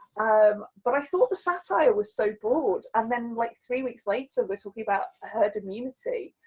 um but i thought the satire was so broad, and then like three weeks later we're talking about a herd immunity,